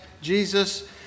Jesus